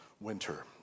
winter